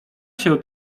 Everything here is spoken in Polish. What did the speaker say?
się